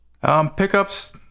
Pickups